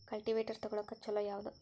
Cultivator ತೊಗೊಳಕ್ಕ ಛಲೋ ಯಾವದ?